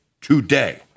today